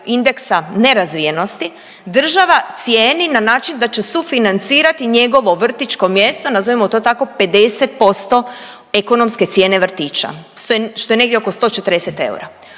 indeksa nerazvijenosti država cijeni na način da će sufinancirati njegovo vrtićko mjesto, nazovimo to tako, 50% ekonomske cijene vrtića, što je negdje oko 140 eura.